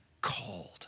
called